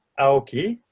okay.